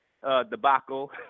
debacle